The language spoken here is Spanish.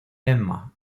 emma